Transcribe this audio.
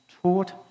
taught